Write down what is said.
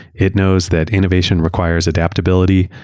it knows that innovation requires adaptability,